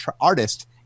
Artist